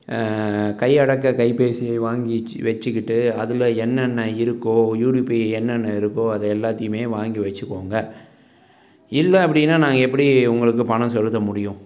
கை அடங்க கைப்பேசி வாங்கிச்சு வெச்சுக்கிட்டு அதில் என்னென்ன இருக்கோ யூடிபிஐ என்னென்ன இருக்கோ அதை எல்லாத்தையுமே வாங்கி வெச்சுக்கோங்க இல்லை அப்படின்னா நாங்கள் எப்படி உங்களுக்கு பணம் செலுத்த முடியும்